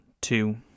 two